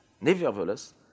nevertheless